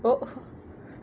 oh